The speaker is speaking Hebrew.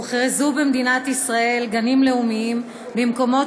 הוכרזו במדינת ישראל גנים לאומיים במקומות